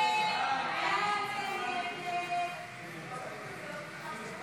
הסתייגות 111 לא נתקבלה.